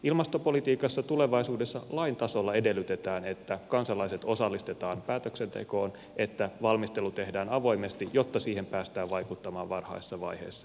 ilmastopolitiikassa tulevaisuudessa lain tasolla edellytetään että kansalaiset osallistetaan päätöksentekoon että valmistelu tehdään avoimesti jotta siihen päästään vaikuttamaan varhaisessa vaiheessa